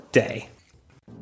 day